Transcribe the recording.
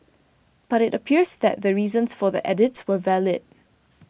but it appears that the reasons for the edits were valid